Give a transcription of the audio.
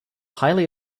highly